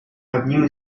одним